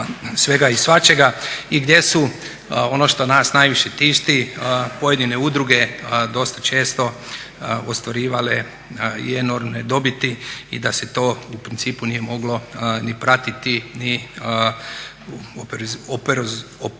svega i svačega i gdje su ono što nas najviše tišti pojedine udruge dosta često ostvarivale i enormne dobiti i da se to u principu nije moglo ni pratiti, ni oporezivati